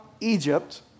Egypt